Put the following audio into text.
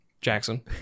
Jackson